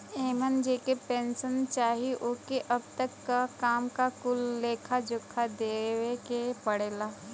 एमन जेके पेन्सन चाही ओके अब तक क काम क कुल लेखा जोखा देवे के पड़ला